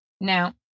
Now